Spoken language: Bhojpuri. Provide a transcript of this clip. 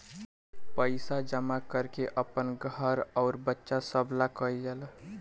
पइसा जमा कर के आपन काम, घर अउर बच्चा सभ ला कइल जाला